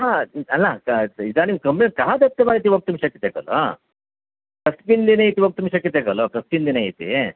ह इदानीं सम्यक् कः दत्तवान् इति वक्तुं शक्यते खलु ह कस्मिन् दिने इति वक्तुं शक्यते खलु कस्मिन् दिने इति